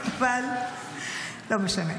לא משנה.